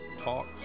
talk